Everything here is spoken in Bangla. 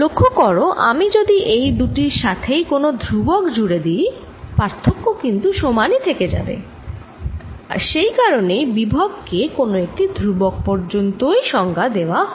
লক্ষ্য করো আমি যদি এই দুটির সাথেই কোন ধ্রুবক জুড়ে দিই পার্থক্য কিন্তু সমান থেকে যাবে আর সেই কারনেই বিভব কে কোন একটি ধ্রুবক পর্যন্তই সংজ্ঞা দেওয়া হয়